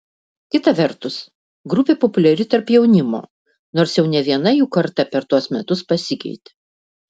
kita vertus grupė populiari tarp jaunimo nors jau ne viena jų karta per tuos metus pasikeitė